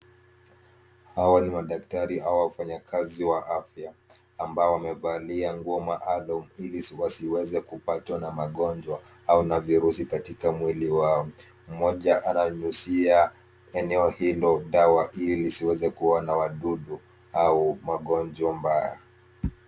Hawa ni madaktari au wafanyakazi wa afya ambao wamevalia nguo maalum ili wasiweze kupatwa na magonjwa au na virusi katika mwili wao. Mmoja ananyunyuzia eneo hilo dawa ili lisiweze kuwa na wadudu au magonjwa mbaya.